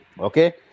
Okay